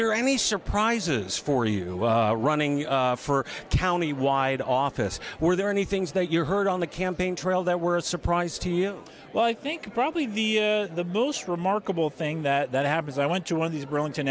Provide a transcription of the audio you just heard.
there any surprises for you running for countywide office were there any things that you heard on the campaign trail that were a surprise to you well i think probably the the most remarkable thing that happens i went to one of these brunton